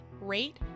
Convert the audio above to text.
rate